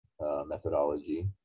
Methodology